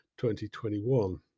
2021